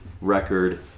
record